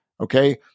Okay